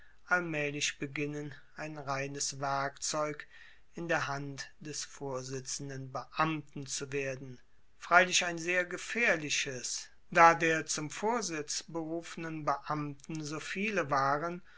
allmaehlich beginnen ein reines werkzeug in der hand des vorsitzenden beamten zu werden freilich ein sehr gefaehrliches da der zum vorsitz berufenen beamten so viele waren